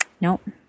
Nope